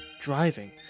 driving